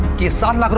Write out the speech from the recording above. you started